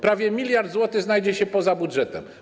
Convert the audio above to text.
Prawie miliard złotych znajdzie się poza budżetem.